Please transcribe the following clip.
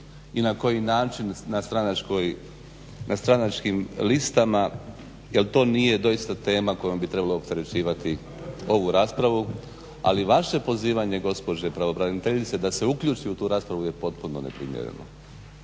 i na koji način na stranačkim listama jer to nije doista tema s kojom bi trebalo opterećivati ovu raspravu. Ali vaše pozivanje gospođe pravobraniteljice da se uključi u tu raspravu je potpuno neprimjereno.